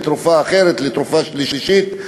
מתרופה אחרת לתרופה שלישית,